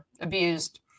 abused